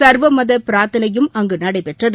சா்வமத பிராா்த்தனையும் அங்கு நடைபெற்றது